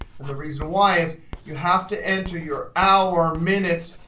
and the reason why is you have to enter your hour, minutes,